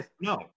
No